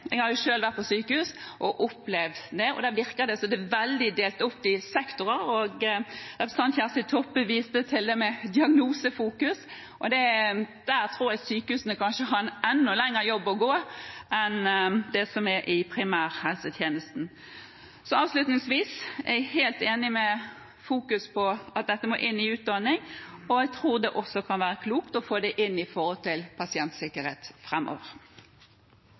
og der virker det som om det er veldig delt opp i sektorer. Representanten Kjersti Toppe viste til det med diagnosefokus, og jeg tror at sykehusene kanskje har en enda større jobb å gjøre enn det som er tilfellet i primærhelsetjenesten. Så avslutningsvis: Jeg er helt enig i at man må fokusere på at dette må inn i utdanningen, og jeg tror det også kan være klokt å få det inn i tilknytning til pasientsikkerhet